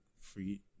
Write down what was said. free